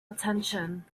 attention